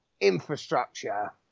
infrastructure